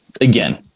again